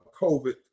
COVID